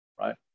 right